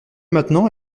maintenant